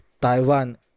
taiwan